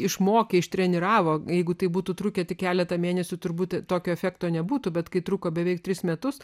išmokė ištreniravo jeigu tai būtų trukę tik keletą mėnesių turbūt tokio efekto nebūtų bet kai truko beveik tris metus